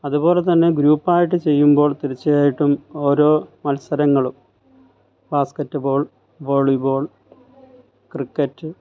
അതുപോലെത്തന്നെ ഗ്രൂപ്പായിട്ട് ചെയ്യുമ്പോൾ തീർച്ചയായിട്ടും ഓരോ മത്സരങ്ങളും ബാസ്ക്കറ്റ്ബോൾ വോളിബോൾ ക്രിക്കറ്റ്